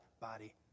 body